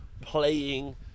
playing